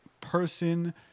person